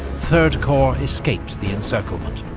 third corps escaped the encirclement.